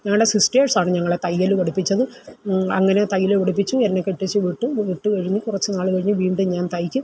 ഞങ്ങളുടെ സിസ്റ്റേഴ്സാണ് ഞങ്ങളെ തയ്യൽ പഠിപ്പിച്ചത് അങ്ങനെ തയ്യൽ പഠിപ്പിച്ചു എന്നെ കെട്ടിച്ച് വിട്ടു വിട്ടു കഴിഞ്ഞ് കുറച്ച് നാൾ കഴിഞ്ഞ് വീണ്ടും ഞാൻ തയ്ക്കും